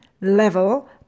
level